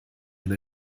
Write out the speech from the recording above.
wenn